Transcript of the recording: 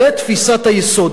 זו תפיסת היסוד.